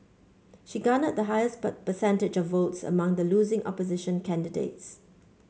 she garnered the highest percentage of votes among the losing opposition candidates